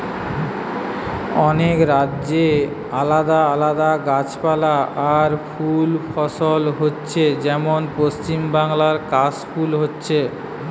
অনেক রাজ্যে আলাদা আলাদা গাছপালা আর ফুল ফসল হচ্ছে যেমন পশ্চিমবাংলায় কাশ ফুল হচ্ছে